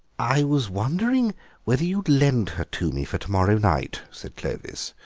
i was wondering whether you would lend her to me for to-morrow night, said clovis,